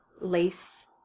lace